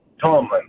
Tomlin